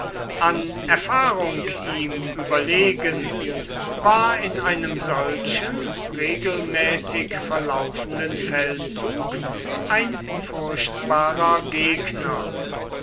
an erfahrung ihm überlegen war in einem solchen regelmäßig verlaufenden feldzug ein furchtbarer gegner